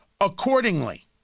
accordingly